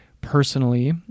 personally